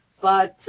but,